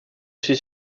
suis